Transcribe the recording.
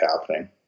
happening